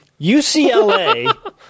UCLA